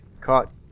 Caught